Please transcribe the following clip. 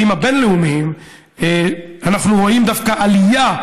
אנחנו רואים דווקא עלייה,